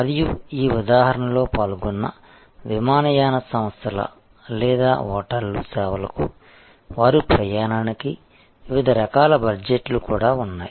మరియు ఈ ఉదాహరణలో పాల్గొన్న విమానయాన సంస్థల లేదా హోటళ్ళు సేవలకు వారి ప్రయాణానికి వివిధ రకాల బడ్జెట్లు కూడా ఉన్నాయి